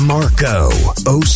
Marco